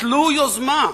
תיטלו יוזמה,